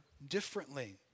Differently